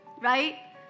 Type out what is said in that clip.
right